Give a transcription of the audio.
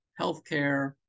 healthcare